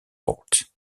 port